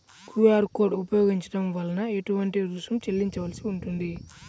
QR code ఉపయోగించటం వలన ఏటువంటి రుసుం చెల్లించవలసి ఉంటుంది?